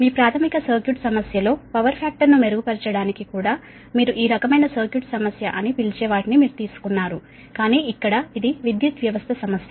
మీ ప్రాథమిక సర్క్యూట్ సమస్యలో power factor ను మెరుగుపరచడానికి కూడా మీరు ఈ రకమైన సర్క్యూట్ సమస్య అని పిలిచే వాటిని మీరు తీసుకున్నారు కానీ ఇక్కడ ఇది విద్యుత్ వ్యవస్థ సమస్య